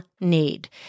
need